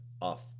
off